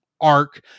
arc